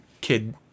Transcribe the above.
kid